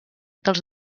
dels